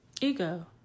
ego